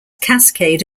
cascade